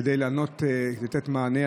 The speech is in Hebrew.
כדי לתת מענה?